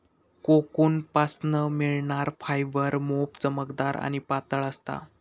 कोकूनपासना मिळणार फायबर मोप चमकदार आणि पातळ असता